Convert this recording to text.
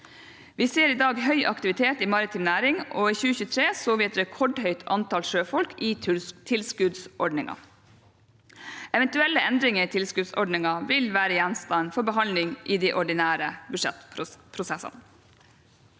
i dag høy aktivitet i maritim næring, og i 2023 så vi et rekordhøyt antall sjøfolk i tilskuddsordningen. Eventuelle endringer i tilskuddsordningen vil være gjenstand for behandling i de ordinære budsjettprosessene.